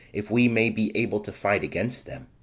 if we may be able to fight against them.